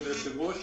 כבוד היושב-ראש.